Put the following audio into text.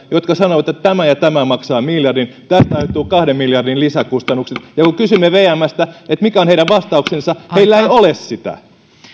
jotka sanovat että tämä ja tämä maksaa miljardin tästä aiheutuu kahden miljardin lisäkustannukset ja kun kysymme vmstä mikä on heidän vastauksensa heillä ei ole sitä